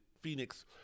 Phoenix